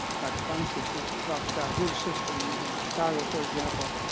dr. prunskis has talked about his system in chicago, for example.